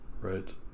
right